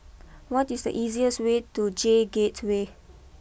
what is the easiest way to J Gateway